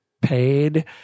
paid